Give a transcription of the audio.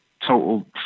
total